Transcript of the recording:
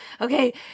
okay